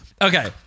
Okay